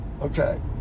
okay